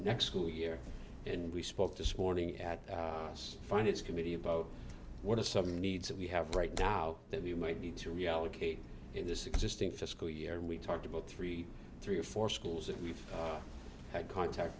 next school year and we spoke this morning at us find its committee about what if something needs that we have right now that we might need to reallocate in this existing fiscal year and we talked about three three or four schools in we've had contact